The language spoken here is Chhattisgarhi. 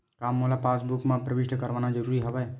का मोला पासबुक म प्रविष्ट करवाना ज़रूरी हवय?